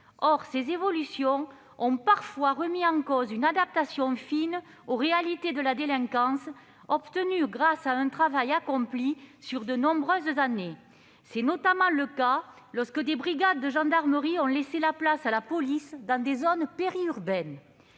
Or ces évolutions ont parfois remis en cause une adaptation fine aux réalités de la délinquance, qu'un travail de plusieurs années avait permis d'obtenir. C'est notamment le cas lorsque des brigades de gendarmerie ont laissé place à la police dans des zones périurbaines.